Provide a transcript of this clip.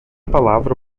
palavra